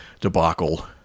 debacle